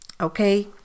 okay